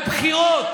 קורונה.